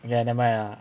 ya never mind ah